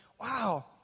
wow